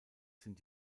sind